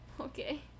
Okay